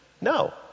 No